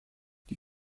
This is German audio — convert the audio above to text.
die